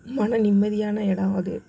மன நிம்மதியான இடம் அது